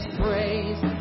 praise